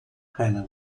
keinen